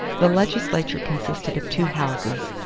the legislature consisted of two houses,